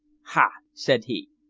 ha! said he,